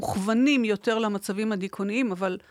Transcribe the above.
מוכוונים יותר למצבים הדיכאוניים אבל